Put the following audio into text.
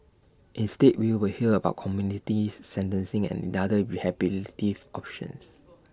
instead we will hear about community sentencing and other rehabilitative options